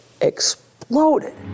exploded